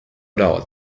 doubt